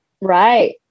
Right